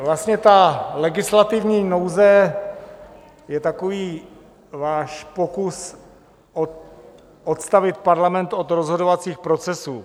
Vlastně ta legislativní nouze je takový váš pokus odstavit Parlament od rozhodovacích procesů.